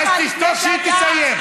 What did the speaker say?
אז תשתוק שהיא תסיים.